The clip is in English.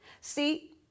See